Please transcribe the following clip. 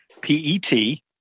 P-E-T